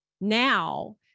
now